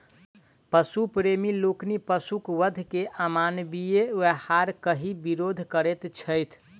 पशु प्रेमी लोकनि पशुक वध के अमानवीय व्यवहार कहि विरोध करैत छथि